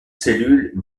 cellule